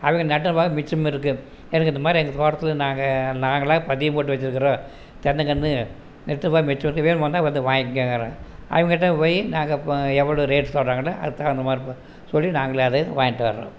அவங்க நட்டது போக மிச்சமிருக்கு எனக்கு இந்தமாதிரி எங்கள் தோட்டத்தில் நாங்கள் நாங்களாக பதியம் போட்டு வைச்சிருக்கிறோம் தென்னங்கன்னு நட்டது போக மிச்சம் இருக்கு வேணுமாயிருந்தா வந்து வாங்கிக்கோங்கங்கிறாங்க அவங்கள்ட்ட போய் நாங்கள் எவ்வளோ ரேட் சொல்கிறாங்கண்டு அதுக்கு தகுந்தமாதிரி சொல்லி நாங்கள் அதை வாங்கிட்டு வர்றோம்